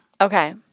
Okay